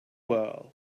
world